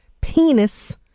Penis